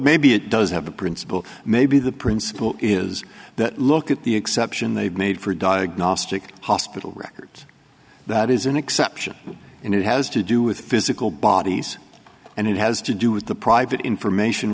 maybe it does have the principle maybe the principle is that look at the exception they've made for diagnostic hospital records that is an exception and it has to do with physical bodies and it has to do with the private information